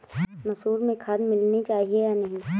मसूर में खाद मिलनी चाहिए या नहीं?